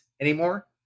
anymore